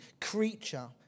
creature